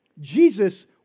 Jesus